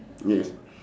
yes